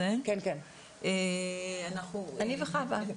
אני וחוה.